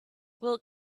will